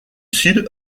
sud